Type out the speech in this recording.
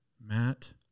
Matt